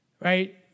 Right